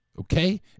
Okay